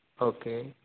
okay